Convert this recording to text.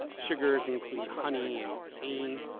sugars include honey and cane.